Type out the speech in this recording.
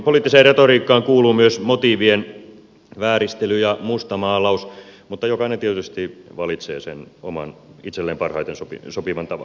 poliittiseen retoriikkaan kuuluu myös motiivien vääristely ja mustamaalaus mutta jokainen tietysti valitsee sen oman itselleen parhaiten sopivan tavan